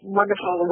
wonderful